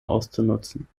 auszunutzen